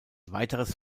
weiteres